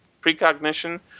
Precognition